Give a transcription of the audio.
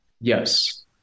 Yes